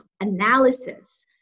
analysis